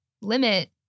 limit